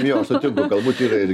jos taip galbūt yra ir